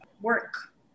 work